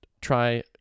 Try